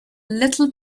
little